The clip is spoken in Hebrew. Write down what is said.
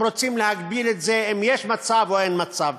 הם רוצים להגביל את זה, אם יש מצב או אין מצב.